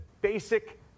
basic